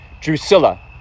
Drusilla